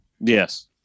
yes